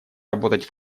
работать